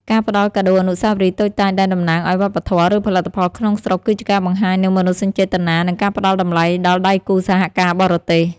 ការផ្តល់កាដូអនុស្សាវរីយ៍តូចតាចដែលតំណាងឱ្យវប្បធម៌ ឬផលិតផលក្នុងស្រុក គឺជាការបង្ហាញនូវមនោសញ្ចេតនា និងការផ្តល់តម្លៃដល់ដៃគូសហការបរទេស។